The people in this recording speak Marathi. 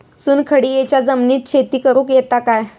चुनखडीयेच्या जमिनीत शेती करुक येता काय?